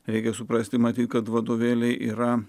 reikia suprasti matyt kad vadovėliai yra